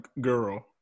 girl